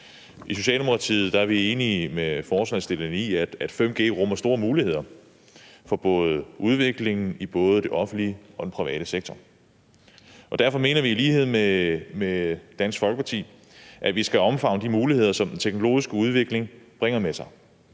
I Socialdemokratiet er vi enige med forslagsstillerne i, at 5G rummer store muligheder for udviklingen i både den offentlige og den private sektor. Derfor mener vi i lighed med Dansk Folkeparti, at vi skal omfavne de muligheder, som den teknologiske udvikling bringer med sig,